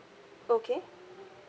okay